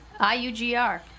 IUGR